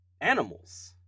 animals